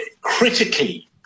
critically